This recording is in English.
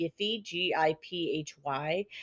Giphy